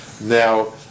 Now